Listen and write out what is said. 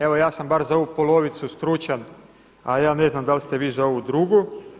Evo ja sam bar za ovu polovicu stručan, a ja ne znam da ste vi za ovu drugu.